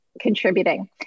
contributing